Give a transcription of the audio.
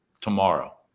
tomorrow